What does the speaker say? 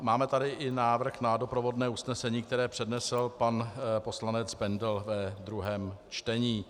Máme tady i návrh na doprovodné usnesení, které přednesl pan poslanec Bendl ve druhém čtení.